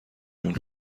جون